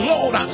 Lord